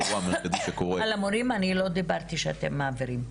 על המורים אני לא דיברתי שאתם מעבירים,